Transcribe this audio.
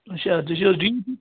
اَچھا تُہۍ چھِو حظ ٹھیٖکٕے